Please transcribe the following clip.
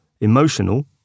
emotional